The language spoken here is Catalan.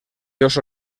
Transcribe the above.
jocs